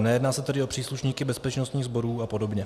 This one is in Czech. Nejedná se tedy o příslušníky bezpečnostních sborů a podobně.